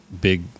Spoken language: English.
big